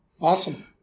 Awesome